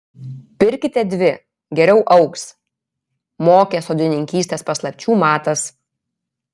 pirkite dvi geriau augs mokė sodininkystės paslapčių matas